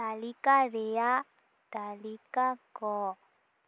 ᱛᱟᱞᱤᱠᱟ ᱨᱮᱭᱟᱜ ᱛᱟᱞᱤᱠᱟ ᱠᱚ